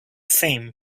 fame